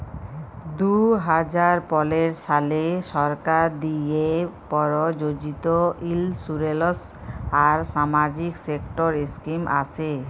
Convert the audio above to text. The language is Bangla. দু হাজার পলের সালে সরকার দিঁয়ে পরযোজিত ইলসুরেলস আর সামাজিক সেক্টর ইস্কিম আসে